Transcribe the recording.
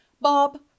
Bob